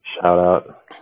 shout-out